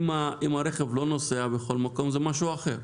אם הרכב לא נוסע בכל מקום, זה משהו אחר.